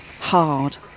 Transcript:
hard